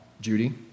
Judy